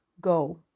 go